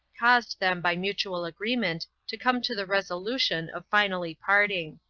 caused them by mutual agreement to come to the resolution of finally parting.